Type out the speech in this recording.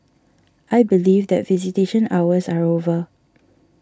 I believe that visitation hours are over